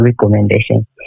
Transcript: recommendation